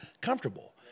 comfortable